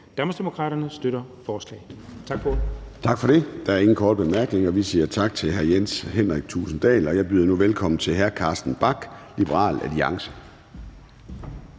Danmarksdemokraterne støtter forslaget.